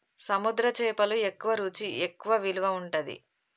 సముద్ర చేపలు ఎక్కువ రుచి ఎక్కువ విలువ ఉంటది